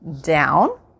down